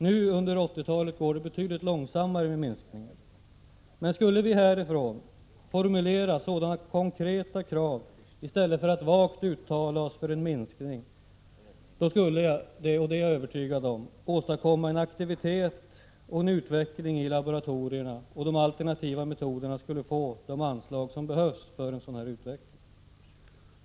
Nu under 1980-talet går det betydligt långsammare med minskningen. Men skulle vi härifrån formulera sådana konkreta krav i stället för att vagt uttala oss för en minskning, då skulle det — det är jag övertygad om åstadkomma en aktivitet och utveckling i laboratorierna, och de alternativa metoderna skulle få de anslag som behövs för en sådan utveckling.